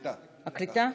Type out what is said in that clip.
הקליטה.